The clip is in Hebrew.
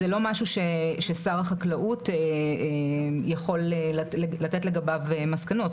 זה לא משהו ששר החקלאות יכול לתת לגביו מסקנות,